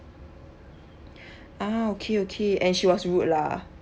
ah okay okay and she was rude lah